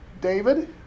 David